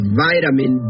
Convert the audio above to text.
vitamin